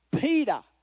Peter